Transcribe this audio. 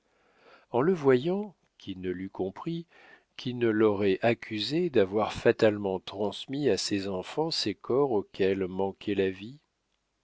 en le voyant qui ne l'eût compris qui ne l'aurait accusé d'avoir fatalement transmis à ses enfants ces corps auxquels manquait la vie